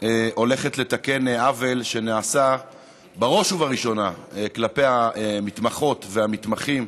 הולכת לתקן עוול שנעשה בראש ובראשונה כלפי המתמחות והמתמחים,